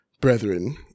brethren